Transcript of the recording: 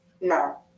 No